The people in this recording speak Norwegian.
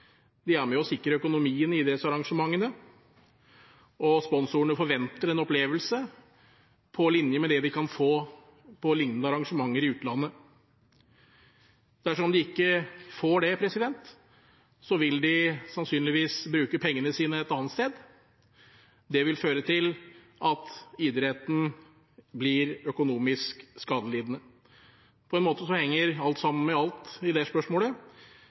er med på å sikre økonomien til idrettsarrangementene, og sponsorene forventer en opplevelse på linje med det de kan få på lignende arrangementer i utlandet. Dersom de ikke får det, vil de sannsynligvis bruke pengene sine et annet sted. Det vil føre til at idretten blir økonomisk skadelidende. På en måte henger alt sammen med alt i det spørsmålet.